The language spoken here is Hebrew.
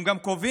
הם גם קובעים